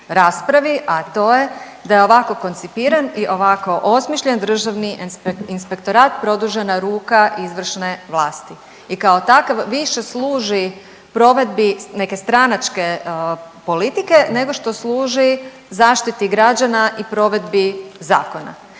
a to je da je ovako koncipiran i ovako osmišljen Državni inspektorat produžena ruka izvršne vlasti i kao takav više služi provedbi neke stranačke politike, nego što služi zaštiti građana i provedbi zakona.